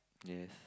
yes